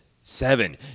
Seven